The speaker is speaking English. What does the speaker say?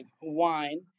wine